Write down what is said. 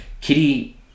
Kitty